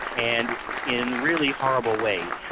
and in really horrible ways.